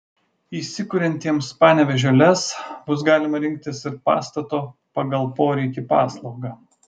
įsikuriantiems panevėžio lez bus galima rinktis ir pastato pagal poreikį paslaugą